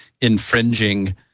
infringing